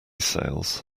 sales